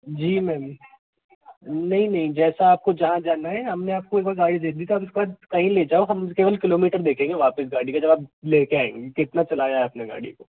जी ma'am नहीं नहीं जैसा आपको जहाँ जाना है हमने आपको एक बार गाड़ी दे दी उसके बाद कहीं ले जाओ हम केवल किलोमीटर देखेंगे वापस गाड़ी का जब आप लेकर आऐंगे कितना चलाया है आपने गाड़ी को